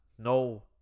No